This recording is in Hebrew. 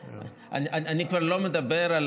אני כבר לא מדבר על